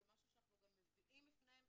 זה משהו שאנחנו גם מביאים בפניהם,